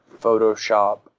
Photoshop